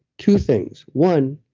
two things. one,